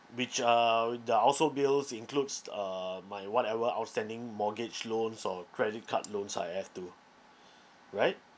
which uh the household bills includes um my whatever outstanding mortgage loans or credit card loans I have too right